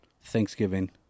Thanksgiving